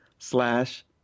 slash